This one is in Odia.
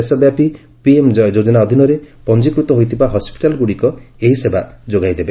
ଦେଶବ୍ୟାପୀ ପିଏମ୍ ଜୟ ଯୋଜନା ଅଧୀନରେ ପଞ୍ଜିକୃତ ହୋଇଥିବା ହସ୍କିଟାଲ୍ଗୁଡ଼ିକ ଏହି ସେବା ଯୋଗାଇ ଦେବ